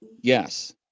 Yes